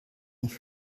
ich